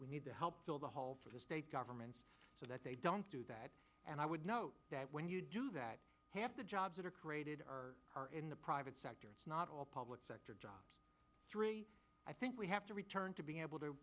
we need to help fill the hole for the state governments so that they don't do that and i would note that when you do that the jobs that are created are in the private sector not all public sector jobs three i think we have to return to being able to